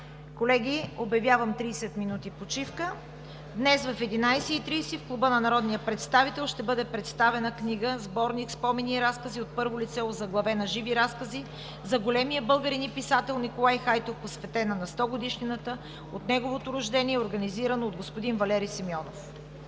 Колеги, обявявам 30 минути почивка. Днес в 11,30 ч. в Клуба на народния представител ще бъде представена книга-сборник – спомени, разкази от първо лице, озаглавена „Живи разкази за Николай Хайтов“ – големия българин и писател, посветена на 100-годишнината от неговото рождение, организирана от господин Валери Симеонов.